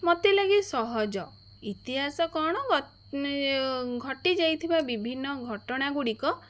ମୋତେ ଲାଗେ ସହଜ ଇତିହାସ କ'ଣ ଘଟ୍ ଘଟି ଯାଇଥିବା ବିଭିନ୍ନ ଘଟଣା ଗୁଡ଼ିକ